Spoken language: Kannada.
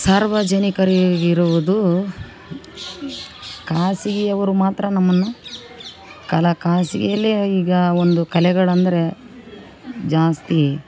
ಸಾರ್ವಜನಿಕರಿಗಿರುವುದು ಖಾಸಗಿ ಅವರು ಮಾತ್ರ ನಮ್ಮನ್ನು ಕಲಾ ಖಾಸಗಿಯಲ್ಲೇ ಈಗ ಒಂದು ಕಲೆಗಳಂದ್ರೆ ಜಾಸ್ತಿ